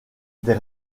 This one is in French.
des